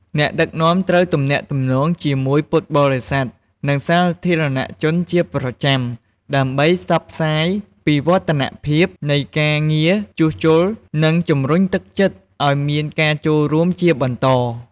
អ្នកដឹកនាំត្រូវទំនាក់ទំនងជាមួយពុទ្ធបរិស័ទ និងសាធារណជនជាប្រចាំ ដើម្បីផ្សព្វផ្សាយពីវឌ្ឍនភាពនៃការងារជួសជុល និងជំរុញទឹកចិត្តឱ្យមានការចូលរួមជាបន្ត។